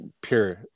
pure